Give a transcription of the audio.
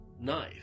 knife